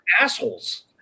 assholes